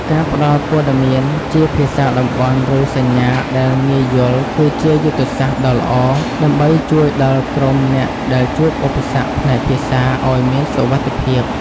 ការផ្តល់ព័ត៌មានជាភាសាតំបន់ ឬសញ្ញាដែលងាយយល់គឺជាយុទ្ធសាស្ត្រដ៏ល្អ ដើម្បីជួយដល់ក្រុមអ្នកដែលជួបឧបសគ្គផ្នែកភាសាឱ្យមានសុវត្ថិភាព។